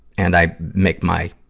and i make my,